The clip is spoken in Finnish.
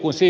pol